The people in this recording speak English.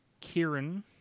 Kieran